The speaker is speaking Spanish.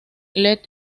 let